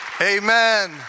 Amen